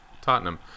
tottenham